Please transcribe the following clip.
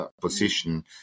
position